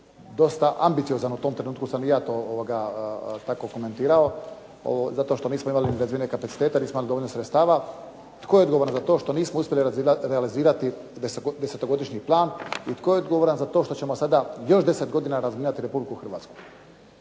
dosta ambiciozan? U tom trenutku sam i ja to tako komentirao, zato što nismo imali dovoljno razvijene kapacitete, nismo imali dovoljno sredstava. Tko je odgovoran za to što nismo uspjeli realizirati 10-to godišnji plan i tko je odgovoran za to što ćemo još 10 godina razminirati Republiku Hrvatsku?